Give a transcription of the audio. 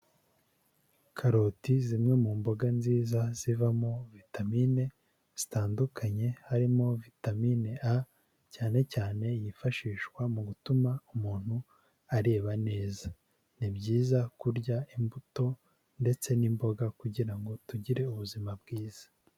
Karoti zimwe mu mboga nziza zivamo vitamine zitandukanye harimo vitamine A, cyane cyane yifashishwa mu gutuma umuntu areba neza. Ni byiza kurya imbuto ndetse n'imboga kugira ngo tugire ubuzima bwiza.